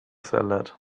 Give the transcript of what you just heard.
salad